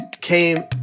came